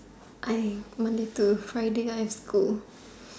I Monday to Friday I have school